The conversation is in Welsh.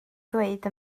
ddweud